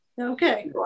Okay